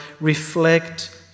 reflect